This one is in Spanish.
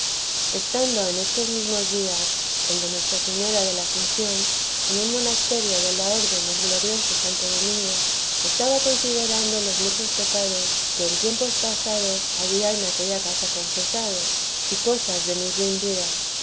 estando en estos mesmos dias el de nuestra señora de la asunción en un monasterio de la orden del glorioso santo domingo estaba considerando los muchos pecados que en tiempos pasados había en aquella casa confesado y cosas de mi ruin vida